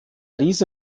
riese